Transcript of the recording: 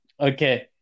Okay